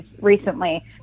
recently